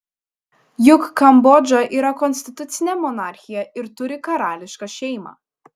juk kambodža yra konstitucinė monarchija ir turi karališką šeimą